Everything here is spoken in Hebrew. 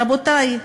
רבותי,